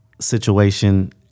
situation